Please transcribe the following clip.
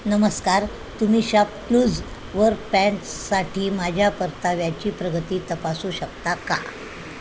नमस्कार तुम्ही शॉपक्लूजवर पँट्ससाठी माझ्या परताव्याची प्रगती तपासू शकता का